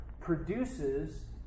produces